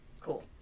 Cool